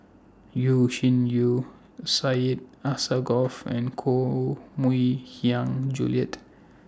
Yeo Shih Yun Syed Alsagoff and Koh Mui Hiang Julie